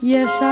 Yes